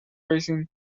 racing